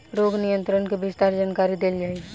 रोग नियंत्रण के विस्तार जानकरी देल जाई?